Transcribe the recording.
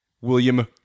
William